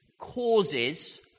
causes